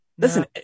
Listen